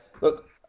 look